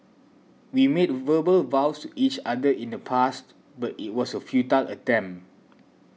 we made verbal vows to each other in the past but it was a futile attempt